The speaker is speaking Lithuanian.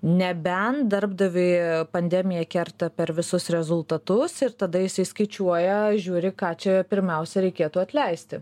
nebent darbdaviui pandemija kerta per visus rezultatus ir tada jisai skaičiuoja žiūri ką čia pirmiausia reikėtų atleisti